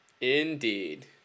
Indeed